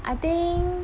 I think